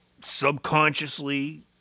subconsciously